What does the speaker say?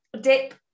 dip